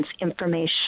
information